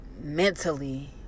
mentally